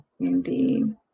Indeed